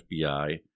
FBI